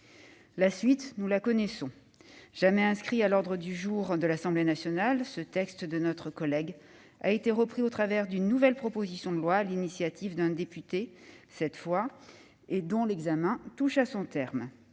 La suite, nous la connaissons ! Jamais inscrit à l'ordre du jour de l'Assemblée nationale, ce texte de notre collègue a été repris au travers d'une nouvelle proposition de loi, sur l'initiative d'un député cette fois ; c'est celle dont l'examen touche à son terme